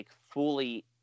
fully